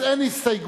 אז אין הסתייגות.